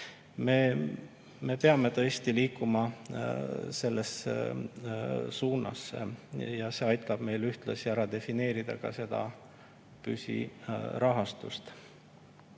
Me peame tõesti liikuma selles suunas ja see aitab meil ühtlasi ära defineerida püsirahastust.